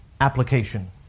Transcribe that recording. application